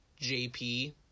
JP